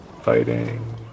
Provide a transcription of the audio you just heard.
Fighting